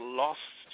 lost